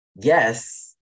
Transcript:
yes